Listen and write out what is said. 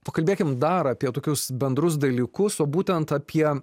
pakalbėkim dar apie tokius bendrus dalykus o būtent apie